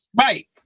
Right